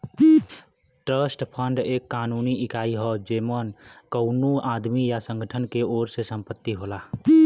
trust fund एक कानूनी इकाई हौ जेमन कउनो आदमी या संगठन के ओर से संपत्ति होला